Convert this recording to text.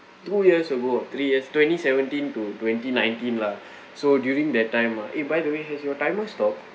two years ago three years twenty seventeen to twenty nineteen lah so during that time ah eh by the way has your timer stopped